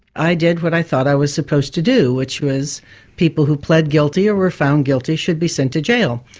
i did what i thought i was supposed to do, which was people who pled guilty or were found guilty should be sent to jail.